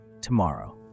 tomorrow